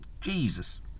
Jesus